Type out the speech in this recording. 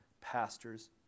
pastors